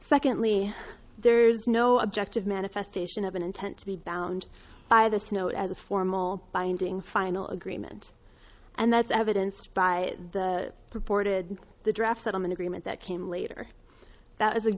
secondly there's no objective manifestation of an intent to be bound by this no as a formal binding final agreement and that's evidenced by the purported the draft settlement agreement that came later that